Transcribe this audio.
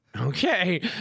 Okay